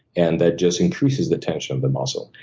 and that just increases the tension of the muscle.